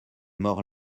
mort